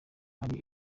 ari